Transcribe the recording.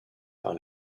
par